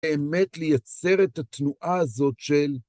באמת לייצר את התנועה הזאת של...